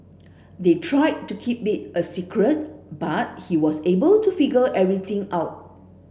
they tried to keep it a secret but he was able to figure everything out